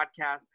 Podcast